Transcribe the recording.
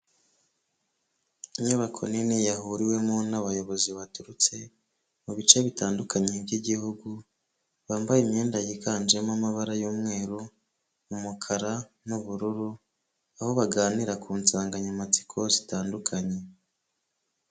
Inyubako nini yahuriwemo n'abayobozi baturutse mu bice bitandukanye by'igihugu, bambaye imyenda yiganjemo amabara y'umweru, umukara n'ubururu. Aho baganira ku nsanganyamatsiko zitandukanye.